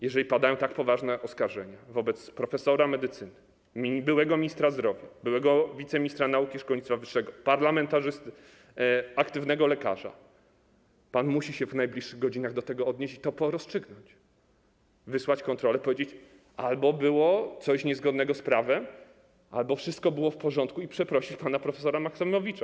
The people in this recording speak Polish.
Jeżeli padają tak poważne oskarżenia wobec profesora medycyny, byłego ministra zdrowia, byłego wiceministra nauki i szkolnictwa wyższego, parlamentarzysty, aktywnego lekarza, to pan musi się w najbliższych godzinach do tego odnieść i to rozstrzygnąć, zlecić kontrolę i powiedzieć, że albo było coś niezgodnego z prawem, albo wszystko było w porządku, i przeprosić pana prof. Maksymowicza.